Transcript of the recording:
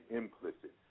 implicit